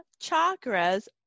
Chakra's